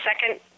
second